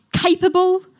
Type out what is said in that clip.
capable